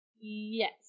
Yes